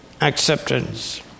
acceptance